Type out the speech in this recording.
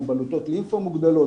כמו בלוטות לימפו מוגדלות,